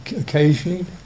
occasionally